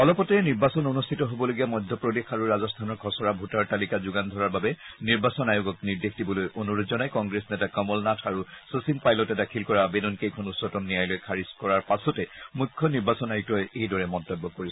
অলপতে নিৰ্বাচন অনুষ্ঠিত হ'বলগীয়া মধ্যপ্ৰদেশ আৰু ৰাজস্থানৰ খচৰা ভোটাৰ তালিকা যোগান ধৰাৰ বাবে নিৰ্বাচন আয়োগক নিৰ্দেশ দিবলৈ অনুৰোধ জনাই কংগ্ৰেছ নেতা কমল নাথ আৰু শচীন পাইলটে দাখিল কৰা আবেদন কেইখন উচ্চতম ন্যায়ালয়ে খাৰীজ কৰাৰ পাছতে মুখ্য নিৰ্বাচন আয়ুক্তই এইদৰে মন্তব্য কৰিছে